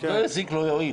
תזיק, לא תועיל.